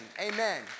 amen